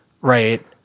right